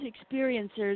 experiences